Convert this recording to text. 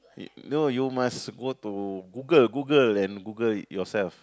y~ no you must go to Google Google and Google it yourself